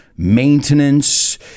maintenance